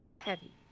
Heavy